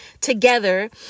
together